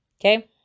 Okay